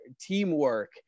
teamwork